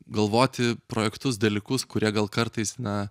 galvoti projektus dalykus kurie gal kartais na